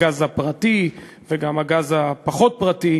הגז הפרטי וגם הגז הפחות-פרטי,